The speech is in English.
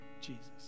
Jesus